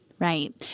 Right